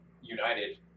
united